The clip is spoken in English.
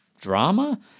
drama